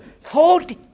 thought